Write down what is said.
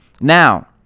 Now